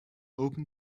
open